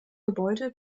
gebäude